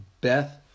Beth